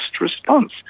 response